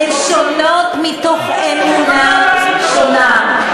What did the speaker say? הן שונות מתוך אמונה שונה.